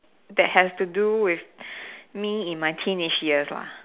that has to do with me in my teenage years lah